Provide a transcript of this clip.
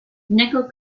nickel